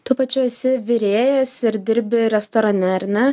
tuo pačiu esi virėjas ir dirbi restorane ar ne